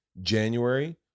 January